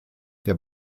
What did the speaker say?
der